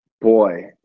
boy